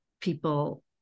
people